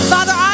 Father